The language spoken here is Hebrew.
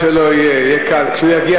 עם הרכבת הקיימת, איך שלא יהיה, יהיה קל.